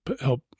help